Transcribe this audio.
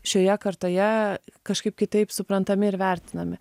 šioje kartoje kažkaip kitaip suprantami ir vertinami